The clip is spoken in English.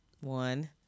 One